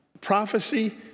prophecy